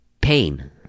pain